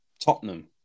Tottenham